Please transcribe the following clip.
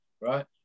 right